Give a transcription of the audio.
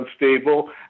unstable